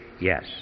yes